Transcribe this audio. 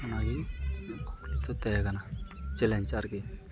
ᱚᱱᱟ ᱜᱮ ᱠᱩᱠᱞᱤ ᱫᱚ ᱛᱟᱦᱮᱸ ᱠᱟᱱᱟ ᱪᱮᱞᱮᱧᱡᱽ ᱟᱨᱠᱤ